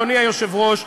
אדוני היושב-ראש,